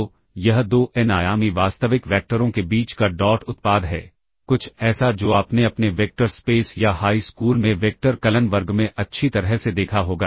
तो यह दो एन आयामी वास्तविक वैक्टरों के बीच का डॉट उत्पाद है कुछ ऐसा जो आपने अपने वेक्टर स्पेस या हाई स्कूल में वेक्टर कलन वर्ग में अच्छी तरह से देखा होगा